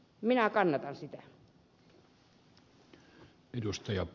minä kannatan sitä